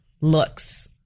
looks